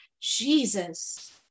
jesus